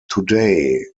today